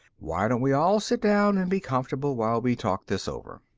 why don't we all sit down and be comfortable while we talk this over?